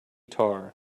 tar